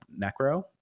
Necro